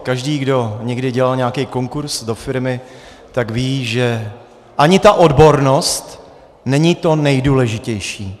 Každý, kdo někdy dělal nějaký konkurz do firmy, tak ví, že ani ta odbornost není to nejdůležitější.